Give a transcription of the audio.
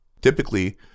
Typically